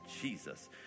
Jesus